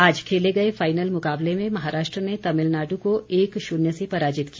आज खेले गए फाईनल मुकाबले में महाराष्ट्र ने तमिलनाडु को एक शून्य से पराजित किया